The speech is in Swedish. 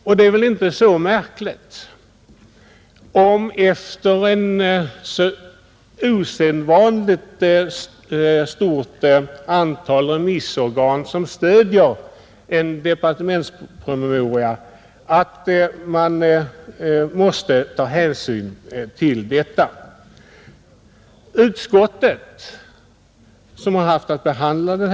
Och det är väl inte så märkligt, att man måste ta hänsyn till vad som sagts av ett osedvanligt stort antal remissorgan som i detta fall stöder en departementspromemoria.